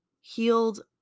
healed